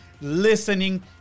listening